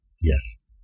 Yes